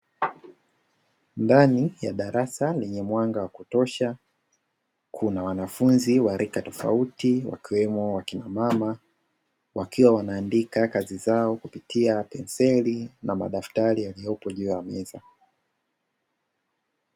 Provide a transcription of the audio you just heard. Ndani ya darasa lenye mwanga wa kutosha kuna wanafunzi wa rika tofauti wakiwemo wakinamama wakiwa wanaandika kazi zao kupitia penseli na madaftari yaliyopo juu ya meza.